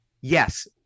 Yes